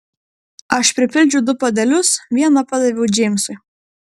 aš pripildžiau du puodelius vieną padaviau džeimsui